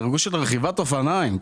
לארגון של רכיבת אופניים,